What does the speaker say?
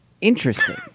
Interesting